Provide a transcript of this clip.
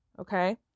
Okay